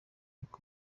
nikwo